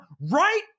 right